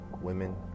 women